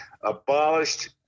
abolished